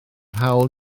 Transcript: hawl